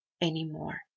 anymore